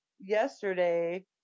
yesterday